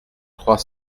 trois